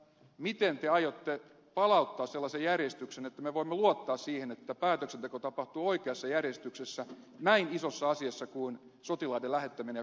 miten te aiotte palauttaa sellaisen järjestyksen että me voimme luottaa siihen että päätöksenteko tapahtuu oikeassa järjestyksessä näin isossa asiassa kuin sotilaiden lähettäminen ja kotiuttaminen